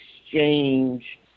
exchange